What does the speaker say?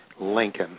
Lincoln